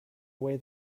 away